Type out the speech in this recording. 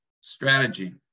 strategy